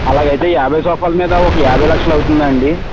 అలాగయితే యాభై సోఫాల మీద ఒక యాభై లక్షలవుతుందా అండీ